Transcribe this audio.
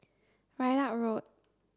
Ridout Road